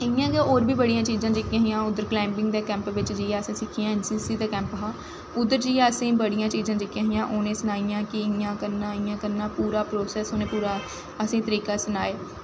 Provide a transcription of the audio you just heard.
इ'यां गै होर बी बड़ियां चीजां हियां कलाईंबिंग दे कैंप बिच्च जाइयै असें सिक्खियां ऐन्न सी सी दा कैंप हा उद्धर जाइयै असेंगी बड़ियां चीजां हियां जेह्कियां सनाइयां कि इ'यां करना इ'यां करना पूरा प्रोसैस उ'नें पूरा असेंगी तरीका सनाया